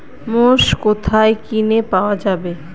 মোষ কোথায় কিনে পাওয়া যাবে?